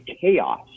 chaos